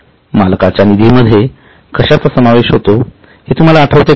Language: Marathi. मालकाच्या निधीमध्ये कशाचा समावेश होतो हे तुम्हाला आठवते का